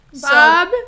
Bob